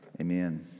Amen